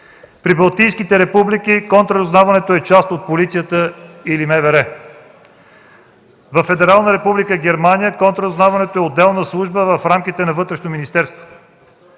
Прибалтийските републики – контраразузнаването е част от полицията или МВР. Във Федерална република Германия контраразузнаването е отделна служба в рамките на Вътрешното министерство.